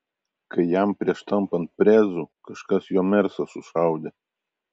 kai jam prieš tampant prezu kažkas jo mersą sušaudė